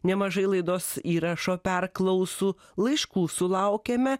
nemažai laidos įrašo perklausų laiškų sulaukėme